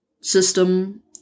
system